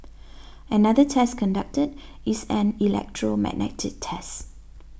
another test conducted is an electromagnetic test